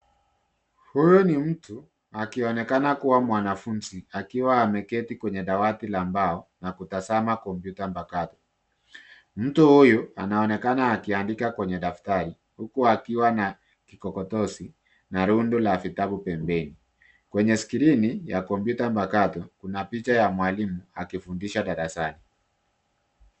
Huyu ni mtu akionekana kuwa mwanafunzi akiwa ameketi kwenye dawati la mbao na kutazama kompyuta mpakato. Mtu huyu anaonekana akiandika kwenye daftari huku akiwa na kikokotozi na rundu la vitabu pembeni. Kwenye skrini ya kompyuta mpakato kuna picha ya mwalimu akifundisha darasani.